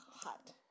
hot